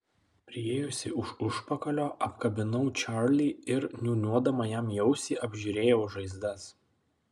priėjusi iš užpakalio apkabinau čarlį ir niūniuodama jam į ausį apžiūrėjau žaizdas